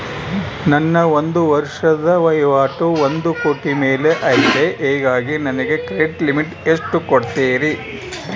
ನನ್ನ ಒಂದು ವರ್ಷದ ವಹಿವಾಟು ಒಂದು ಕೋಟಿ ಮೇಲೆ ಐತೆ ಹೇಗಾಗಿ ನನಗೆ ಕ್ರೆಡಿಟ್ ಲಿಮಿಟ್ ಎಷ್ಟು ಕೊಡ್ತೇರಿ?